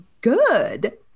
good